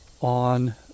on